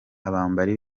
abambari